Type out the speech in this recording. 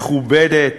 מכובדת,